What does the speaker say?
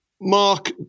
Mark